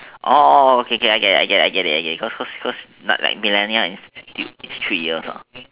okay I get it I get it I get it cause cause cause millennia institute is like three years